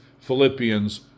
Philippians